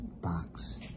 box